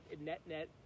net-net